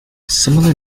similar